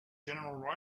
general